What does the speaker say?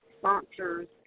sponsors